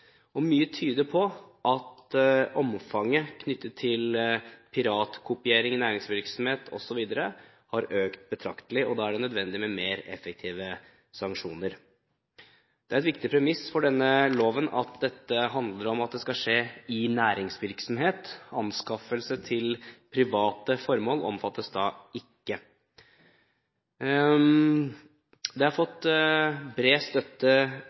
sanksjoneres. Mye tyder på at omfanget av piratkopiering i næringsvirksomhet osv. har økt betraktelig. Da er det nødvendig med mer effektive sanksjoner. Det er et viktig premiss for denne loven at dette skal skje i forbindelse med næringsvirksomhet. Anskaffelse til private formål omfattes ikke. Dette har fått bred støtte